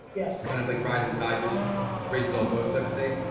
yes. kind of like rising tide just raises all boats type of thing?